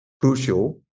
crucial